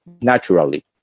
naturally